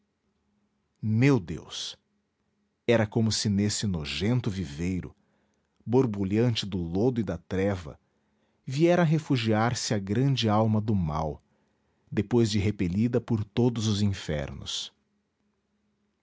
meu deus era como se nesse nojento viveiro borbulhante do lodo e da treva viera refugiar-se a grande alma do mal depois de repelida por todos os infernos